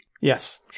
Yes